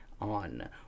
on